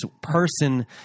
person